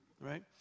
right